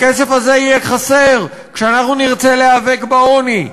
הכסף הזה יהיה חסר כשאנחנו נרצה להיאבק בעוני,